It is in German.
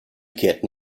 kehrten